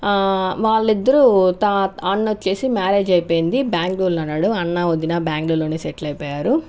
వాళ్ళిద్దరు తా అన్న వచ్చిమ్యారేజ్ అయిపోయింది బ్యాంగ్లూర్లో ఉన్నారు అన్నా వదిన బ్యాంగ్లూర్లో సెటిల్ అయిపోయారు